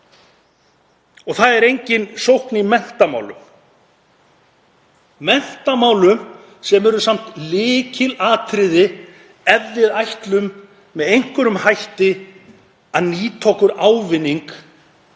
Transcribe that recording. er heldur engin sókn í menntamálum, sem eru samt lykilatriði ef við ætlum með einhverjum hætti að nýta okkur ávinning